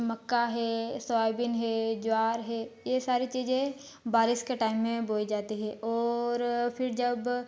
मक्का है सोयाबीन है ज्वार है ये सारी चीजें बारिश के टाइम में बोई जाती है और फिर जब